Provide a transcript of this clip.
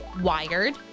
wired